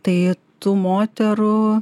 tai tų moterų